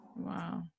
Wow